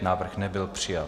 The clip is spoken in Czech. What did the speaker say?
Návrh nebyl přijat.